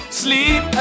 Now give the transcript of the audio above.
sleep